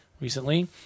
recently